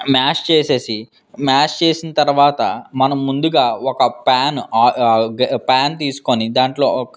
mash చేసేసి mash చేసిన తర్వాత మనం ముందుగా ఒక ప్యాన్ ఒక ప్యాన్ తీసుకోని దాంట్లో ఒక